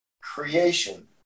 Creation